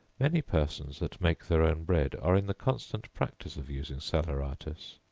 many persons that make their own bread, are in the constant practice of using salaeratus,